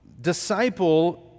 disciple